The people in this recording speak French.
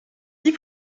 dix